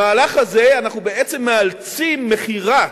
המהלך הזה, אנחנו בעצם מאלצים מכירה,